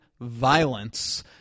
violence